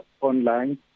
online